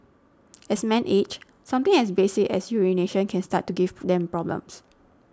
as men age something as basic as urination can start to give them problems